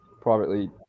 privately